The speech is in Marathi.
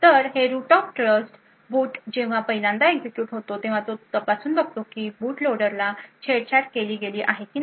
तर हे रूट ऑफ ट्रस्ट बूट जेव्हा पहिल्यांदा एक्झिक्युट होतो तेव्हा तपासून बघतो की बूट लोडरला छेडछाड केली गेली आहे की नाही